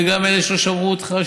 וגם אלה שלא שמעו אותך,